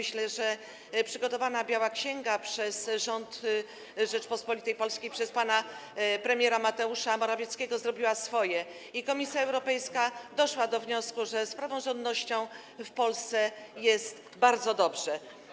Myślę, że biała księga przygotowana przez rząd Rzeczypospolitej Polskiej, przez pana premiera Mateusza Morawieckiego zrobiła swoje i Komisja Europejska doszła do wniosku, że z praworządnością w Polsce jest bardzo dobrze.